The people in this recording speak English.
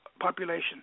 population